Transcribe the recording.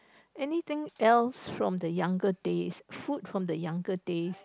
anything else from the younger days food from the younger days